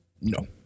No